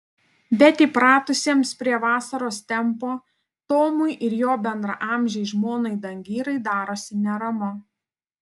bet įpratusiems prie vasaros tempo tomui ir jo bendraamžei žmonai dangirai darosi neramu